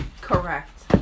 Correct